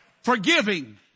Forgiving